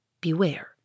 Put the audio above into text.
Beware